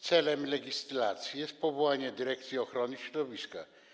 Celem legislacji jest powołanie Dyrekcji Ochrony Środowiska.